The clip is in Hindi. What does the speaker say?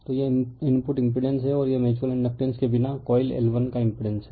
तो यह इनपुट इम्पिड़ेंस है और यह म्यूच्यूअल इंडकटेंस के बिना कॉइल L1 का इम्पिड़ेंस है